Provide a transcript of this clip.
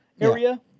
area